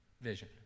vision